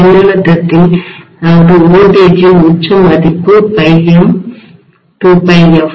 மின்னழுத்தத்தின்வோல்டேஜின் உச்ச மதிப்பு ∅m 2πf